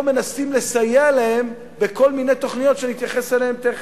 מנסים לסייע להם בכל מיני תוכניות שאני תיכף אתייחס אליהן.